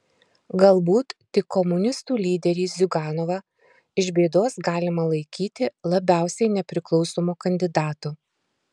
galbūt tik komunistų lyderį ziuganovą iš bėdos galima laikyti labiausiai nepriklausomu kandidatu